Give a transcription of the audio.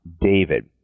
David